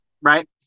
Right